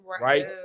right